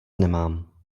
nemám